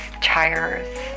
tires